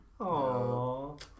Aww